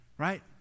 Right